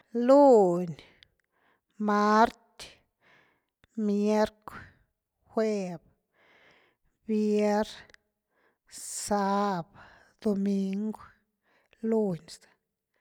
Lunñ, mart, mierc’u, vier, sab, domingu’, lunñ zth.